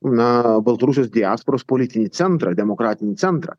na baltarusijos diasporos politinį centrą demokratinį centrą